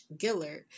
Gillard